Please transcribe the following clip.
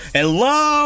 Hello